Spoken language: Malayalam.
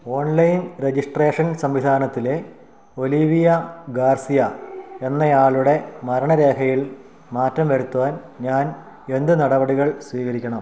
ഓൺലൈൻ റജിസ്ട്രേഷൻ സംവിധാനത്തിലെ ഒലീവിയ ഗാർസിയ എന്നയാളുടെ മരണരേഖയിൽ മാറ്റം വരുത്തുവാൻ ഞാൻ എന്തു നടപടികൾ സ്വീകരിക്കണം